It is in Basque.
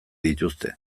dituzte